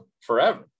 forever